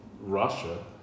Russia